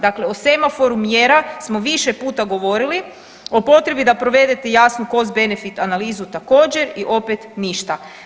Dakle, o semaforu mjera smo više puta govorili o potrebi da provedete jasnu cost benefit analizu također i opet ništa.